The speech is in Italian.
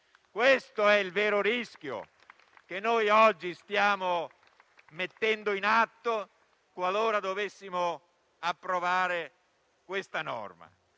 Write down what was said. Questo è il vero rischio che oggi stiamo mettendo in atto qualora dovessimo approvare questa norma.